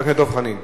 בבקשה.